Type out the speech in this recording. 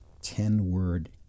ten-word